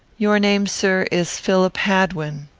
your name, sir, is philip hadwin.